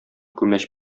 күмәч